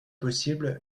possible